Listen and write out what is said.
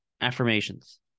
affirmations